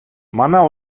манай